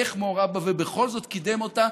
איך מעורב בה ובכל זאת קידם אותה,